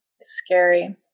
scary